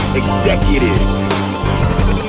executive